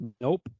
Nope